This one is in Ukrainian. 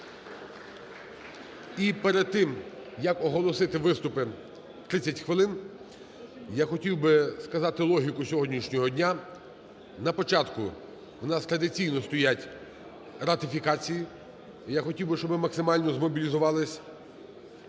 І перед тим, як оголосити виступи 30 хвилин, я хотів би сказати логіку сьогоднішнього дня. На початку у нас традиційно стоять ратифікації. І я хотів би, щоб ми максимально змобілізувались